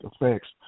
effects